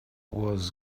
was